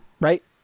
Right